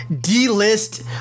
D-list